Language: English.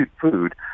food